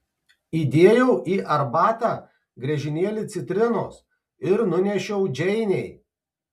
įdėjau į arbatą griežinėlį citrinos ir nunešiau džeinei